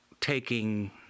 taking